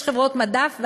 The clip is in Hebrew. יש חברות מדף,